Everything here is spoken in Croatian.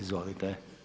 Izvolite.